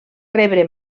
rebre